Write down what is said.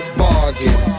bargain